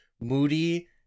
moody